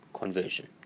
conversion